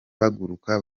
bahaguruka